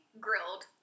grilled